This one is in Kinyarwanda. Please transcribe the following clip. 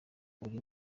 uri